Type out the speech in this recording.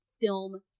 film